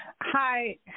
Hi